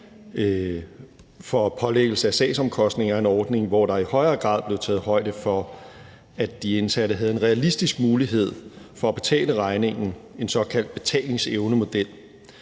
for pålæggelse af sagsomkostninger, en ordning, hvor der i højere grad blev taget højde for, at de indsatte har en realistisk mulighed for at betale regningen, en såkaldt betalingsevnemodel.